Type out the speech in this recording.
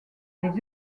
des